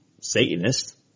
Satanist